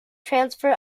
transfer